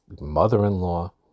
mother-in-law